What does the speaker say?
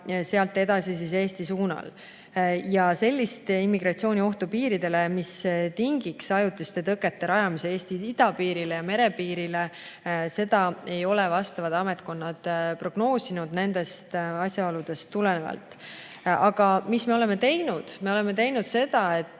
sealt edasi Eesti poole. Sellist immigratsiooniohtu piiridele, mis tingiks ajutiste tõkete rajamise Eesti idapiirile ja merepiirile, ei ole vastavad ametkonnad prognoosinud just nendest asjaoludest tulenevalt. Aga mida me oleme teinud? Me oleme teinud seda, et